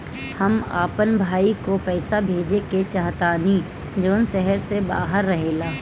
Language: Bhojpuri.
हम अपन भाई को पैसा भेजे के चाहतानी जौन शहर से बाहर रहेला